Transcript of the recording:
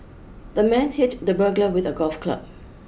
the man hit the burglar with a golf club